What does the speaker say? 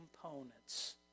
components